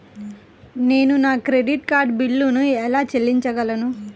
నేను నా credit card బిల్లును ఎలా చెల్లించగలను?